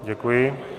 Děkuji.